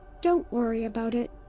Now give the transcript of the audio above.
don't worry about it.